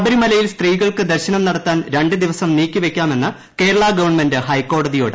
ശബരിമലയിൽ സ്ത്രീകൾക്ക് ദർശനം നടത്താൻ രണ്ട് ന് ദിവസം നീക്കിവെയ്ക്കാമെന്ന് കേരള ഗവൺമെന്റ് ഹൈക്കോടതിയോട്